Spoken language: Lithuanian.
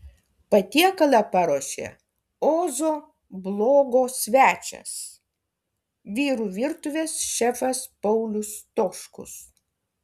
patiekalą paruošė ozo blogo svečias vyrų virtuvės šefas paulius stoškus